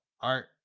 Art